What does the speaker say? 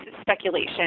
speculation